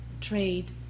trade